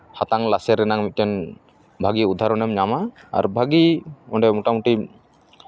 ᱦᱟᱛᱟᱝ ᱞᱟᱥᱮᱨ ᱨᱮᱱᱟᱝ ᱢᱤᱫᱴᱮᱱ ᱵᱷᱟᱹᱜᱮ ᱩᱫᱟᱦᱚᱨᱚᱱ ᱮᱢ ᱧᱟᱢᱟ ᱟᱨ ᱵᱷᱟᱹᱜᱮ ᱚᱸᱰᱮ ᱢᱳᱴᱟᱢᱩᱴᱤ